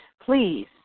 please